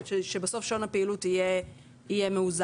כדי שבסוף שעות הפעילות יהיה מאוזן.